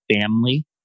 family